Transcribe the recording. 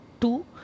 two